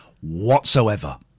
whatsoever